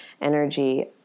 energy